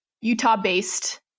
Utah-based